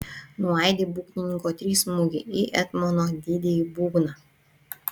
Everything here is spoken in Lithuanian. nuaidi būgnininko trys smūgiai į etmono didįjį būgną